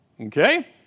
Okay